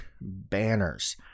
banners